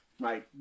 right